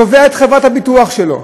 תובע את חברת הביטוח שלו?